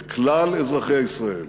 את כלל אזרחי ישראל.